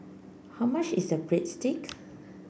how much is Breadstick